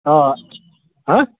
آ آ ہاں